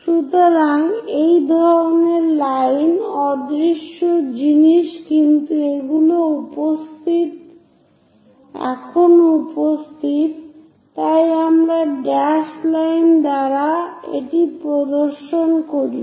সুতরাং এই ধরনের লাইন অদৃশ্য জিনিস কিন্তু এখনও উপস্থিত তাই আমরা ড্যাশড লাইন দ্বারা এটি প্রদর্শন করি